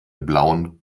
blauen